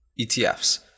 ETFs